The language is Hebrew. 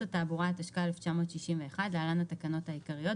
התעבורה התשכ"א- 1961 (להלן-התקנות העיקריות),